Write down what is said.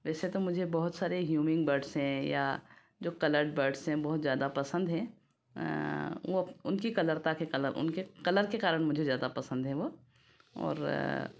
वैसे तो मुझे बहुत सारे ह्यूमिंग बर्ड्स हैं या जो कलर बर्डस् हैं बहुत ज्यादा पसंद हैं वो उनकी कलरता के कलर उनके कलर के कारण मुझे ज्यादा पसंद हैं वो और